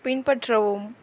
பின்பற்றவும்